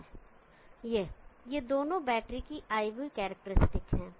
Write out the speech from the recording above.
अब यह ये दोनों बैटरी की IV कैरेक्टरिस्टिक हैं